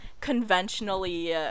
conventionally